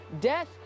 Death